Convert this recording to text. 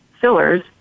fillers